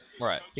Right